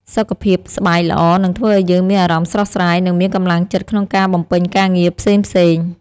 សុខភាពស្បែកល្អនឹងធ្វើឱ្យយើងមានអារម្មណ៍ស្រស់ស្រាយ និងមានកម្លាំងចិត្តក្នុងការបំពេញការងារផ្សេងៗ។